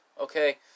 Okay